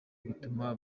bituma